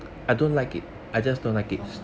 uh hmm